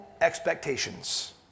expectations